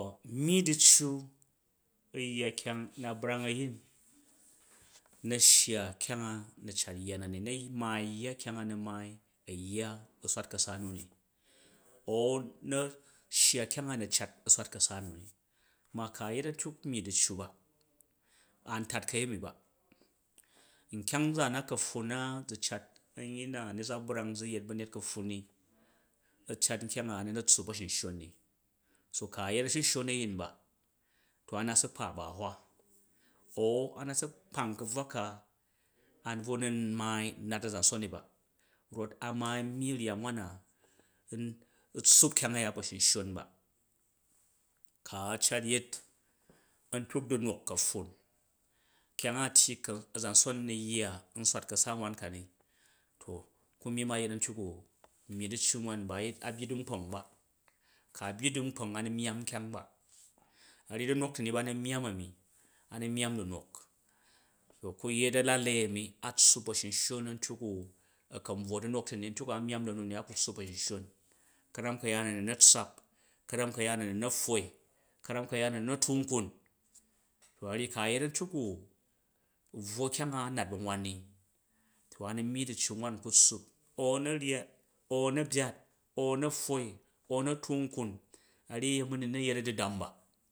Myyi du̱ccu u̱ yya kyang u na brang a̱yin na shya kyang a na̱ cat yya na ni na maai yya kyomg a na̱ naai a̱ yya u̱ swatka̱sa nu ni au na̱ shya kyang a na̱ u swatka̱sa nuni ma ka yet a̱ntryi myyi du̱ccu ba a̱n tat ka̱yemi ba nkyang nzaan ka̱pffun na zu cat a̱nyyi na nu za brang zu̱ yet ba̱nyet ka̱pffun ni a cat nkyang a a nu na tsuup ba̱shunshon ni, so ke a̱ yet a̱shunshon a̱yin ba to a naat su kpa ba̱ a̱hwa, aua̱ naat su kpang ka̱bvwa a bvo nun maai u̱ nat azanson ni ba rot a maai u̱ myyi ryya wan na n, u̱ towup kyang a̱ya ba̱shunshon ba, ku a cat yet a̱ntyok dunok ka̱pffun kyang a̱ tyyi kan a̱zamson nu yya u̱ swatka̱sa wan kani to ku̱ myimm a̱ yet a̱nyok u̱ nyyi du̱wa wan ni ba a̱ byyi du̱nkpong ba, ka byyi du̱nkpng a̱ nu myamm kyang ba, a ryyi du̱nok ti ni ba na myamm ami, a nu myamm du̱nok, to ku̱yet a̱lalai a̱mi a tsuup ba̱shunshon a̱ntyok u a̱kan bvwo du̱nok ti ni, a̱ntyak ka myamm da̱mu ni a̱ ku tsuup ba̱ shunshon ka̱ram ka̱yaan a̱ nu na tsaap ka̱ran ka̱yaan a̱ nu na pfwoi ka̱ram ka̱yaan a̱ nu na tuu nkun, to a ryyi ku̱ a̱ yet a̱ntyok ubvwo kyang a nat ba̱nwan ni to a̱nu nyyi du̱ccu wan u ku tsuup au a̱ na̱ ryyat aka na̱ byyat au a̱ na̱ pfwoi au a̱ na̱ tuu nkwun a ryyi a yeni na na̱ yet a̱dudam ba